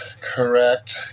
correct